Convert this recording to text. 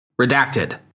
Redacted